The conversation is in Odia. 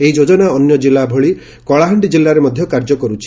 ଏହି ଯୋଜନା ଅନ୍ୟ ଜିଲ୍ଲା ଭଳି କଳାହାଶ୍ଡି ଜିଲ୍ଲାରେ ମଧ କାର୍ଯ୍ୟ କରୁଛି